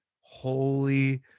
holy